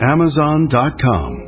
Amazon.com